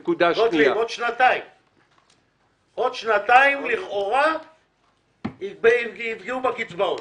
גוטליב, עוד שנתיים לכאורה יתחילו לפגוע בקצבאות.